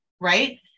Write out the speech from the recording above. right